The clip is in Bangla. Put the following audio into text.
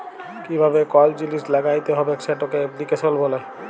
কিভাবে কল জিলিস ল্যাগ্যাইতে হবেক সেটকে এপ্লিক্যাশল ব্যলে